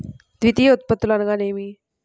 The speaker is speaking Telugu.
ద్వితీయ ఉత్పత్తులు అనగా నేమి?